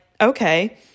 okay